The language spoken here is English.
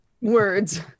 Words